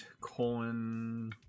colon